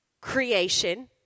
creation